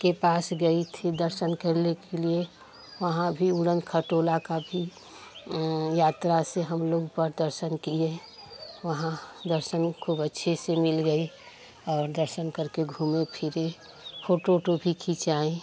के पास गई थी दर्शन करले के लिए वहाँ भी उड़न खटोला का भी यात्रा से हम लोग ऊपर दर्शन किए वहाँ दर्शन खूब अच्छे से मिल गई और दर्शन करके घूमें फिरे फोटू ओटू भी खिचाएँ